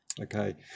okay